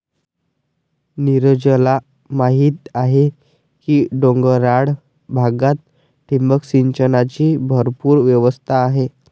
नीरजला माहीत आहे की डोंगराळ भागात ठिबक सिंचनाची भरपूर व्यवस्था आहे